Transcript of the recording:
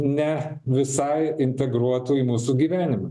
ne visai integruotų į mūsų gyvenimą